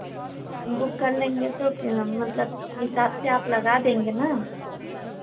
book कर लेंगे तो क्या मतलब हिसाब से आप लगा देंगे ना